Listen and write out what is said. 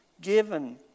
given